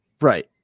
Right